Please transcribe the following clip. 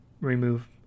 remove